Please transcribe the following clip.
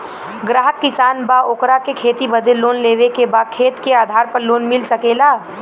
ग्राहक किसान बा ओकरा के खेती बदे लोन लेवे के बा खेत के आधार पर लोन मिल सके ला?